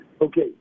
Okay